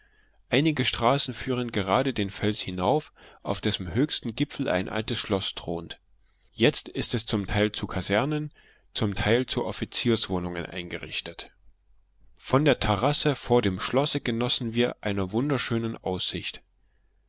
einige straßen führen gerade den fels hinauf auf dessen höchstem gipfel ein altes schloß thront jetzt ist es zum teil zu kasernen zum teil zu offizierswohnungen eingerichtet von der terrasse vor dem schlosse genossen wir einer wunderschönen aussicht